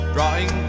Drawing